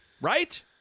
right